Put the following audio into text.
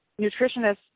nutritionists